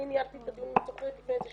אני ניהלתי את הדיון אם את זוכרת לפני שנה,